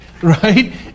Right